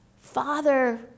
father